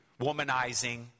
womanizing